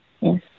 Yes